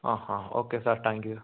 ah ah okay sir thank you